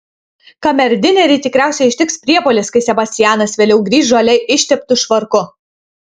kamerdinerį tikriausiai ištiks priepuolis kai sebastianas vėliau grįš žole išteptu švarku